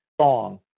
song